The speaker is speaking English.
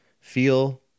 feel